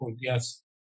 Yes